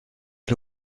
who